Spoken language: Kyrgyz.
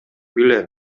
билем